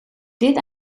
dit